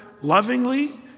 lovingly